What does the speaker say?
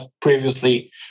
previously